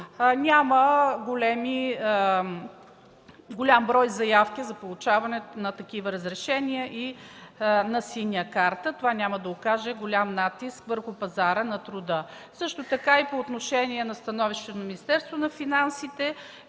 Няма голям брой заявки за получаване на такива разрешения и на синя карта. Това няма да окаже голям натиск върху пазара на труда. По отношение становището на Министерството на финансите,